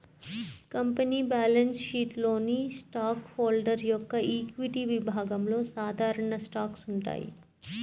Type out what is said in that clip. company balance షీట్లోని stock holder యొక్క equity విభాగంలో సాధారణ స్టాక్స్ ఉంటాయి